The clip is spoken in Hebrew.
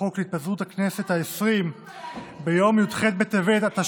החוק להתפזרות הכנסת העשרים ביום י"ח בטבת התשע"ט,